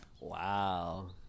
Wow